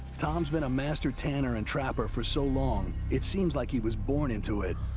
tom's been a master tanner and trapper for so long, it seems like he was born into it.